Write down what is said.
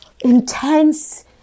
intense